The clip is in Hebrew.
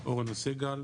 אורנה סגל,